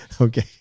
Okay